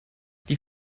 die